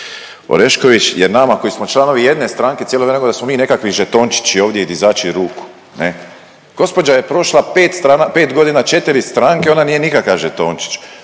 Orešković jer nama koji smo članovi jedne stranke cijelo vrijeme govori da smo mi nekakvi žetončići ovdje i dizači ruku, ne. Gospođa je prošla 5 godina, četiri stranke ona nije nikakav žetončić.